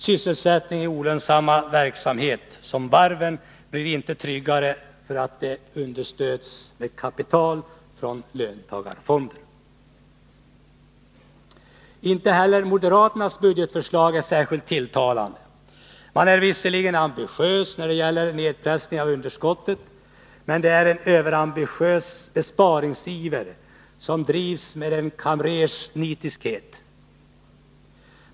Sysselsättning i olönsam verksamhet, som varven, blir inte tryggare för att den understöds med kapital från löntagarfonder. Inte heller moderaternas budgetförslag är särskilt tilltalande. Man är visserligen ambitiös när det gäller nedpressningen av underskottet, men man är överambitiös i sin besparingsiver och man går till verket med en kamrers nitiskhet.